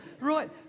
Right